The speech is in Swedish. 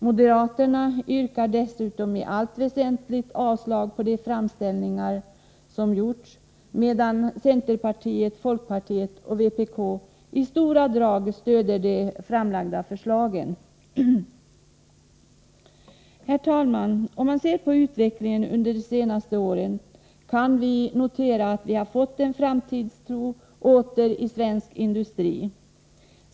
Moderaterna yrkar dessutom i allt väsentligt avslag på de framställningar som gjorts, medan centerpartiet, folkpartiet och vpk i stora drag stödjer de framlagda förslagen. Herr talman! Om man ser på utvecklingen under de senaste åren kan man notera att vi åter fått en framtidstro i svensk industri.